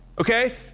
okay